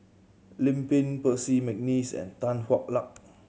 Lim Pin Percy McNeice and Tan Hwa Luck